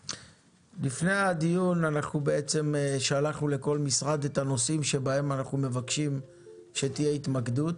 לפני הדיון שלחנו לכל משרד את הנושאים שבהם אנחנו מבקשים להתמקד בהם.